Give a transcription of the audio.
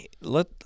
let